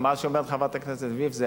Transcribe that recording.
חברת הכנסת וילף אומרת